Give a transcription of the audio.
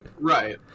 Right